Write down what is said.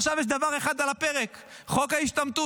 עכשיו יש דבר אחד על הפרק: חוק ההשתמטות.